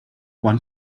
one